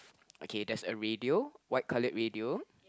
okay there's a radio white colored radio